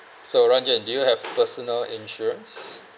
so ranjen do you have personal insurance